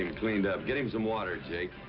and cleaned up. get him some water, jake.